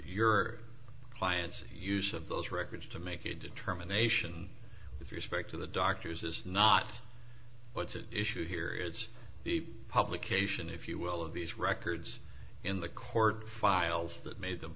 your clients use of those records to make a determination if you speak to the doctors is not what's at issue here is the publication if you will of these records in the court files that made them